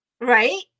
Right